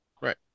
Right